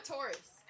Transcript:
Taurus